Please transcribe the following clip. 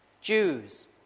Jews